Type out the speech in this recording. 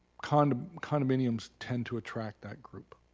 kind of condominiums tend to attract that group.